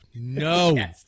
No